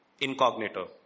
incognito